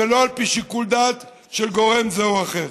ולא על פי שיקול דעת של גורם זה או אחר.